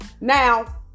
Now